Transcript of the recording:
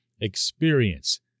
experience